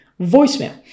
voicemail